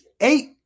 eight